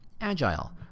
agile